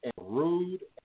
rude